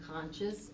conscious